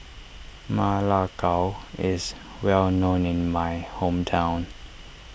Ma Lai Gao is well known in my hometown